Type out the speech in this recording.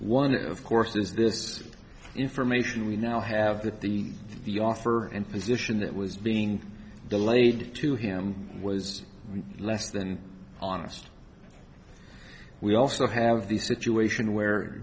one of course is this information we now have that the the offer in physician that was being delayed to him was less than honest we also have the situation where